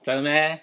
真的 meh